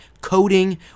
coding